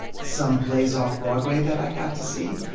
some plays off broadway that i got to see.